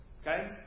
Okay